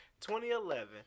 2011